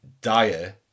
dire